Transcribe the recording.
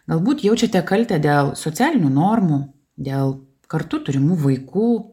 galbūt jaučiate kaltę dėl socialinių normų dėl kartu turimų vaikų